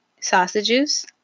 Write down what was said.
Sausages